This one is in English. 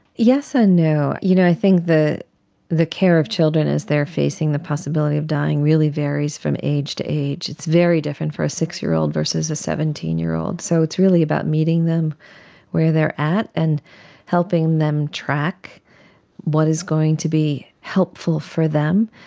yes and no. you know i think the the care of children as they are facing the possibility of dying really varies from age to age. it's very different for a six-year-old versus a seventeen year old, so it's really about meeting them where they are at and helping them track what is going to be helpful for them.